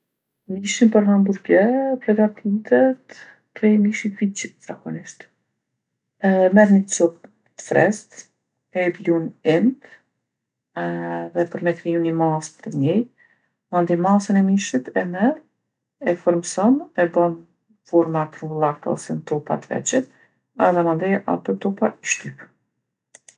Mishi për hamburger pregaditet prej mishit t'viçit zakonisht. E merr ni copë t'fresktë, e blun imtë edhe për me kriju ni masë të njejtë, mandej masën e mishit e merr, e formson e bon n'forma t'rrumullakta ose n'topa t'vegjël edhe mandej ato topa i shtyp.